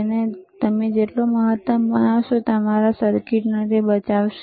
તેને હંમેશા મહત્તમ બનાવો તે તમારા સર્કિટને બચાવશે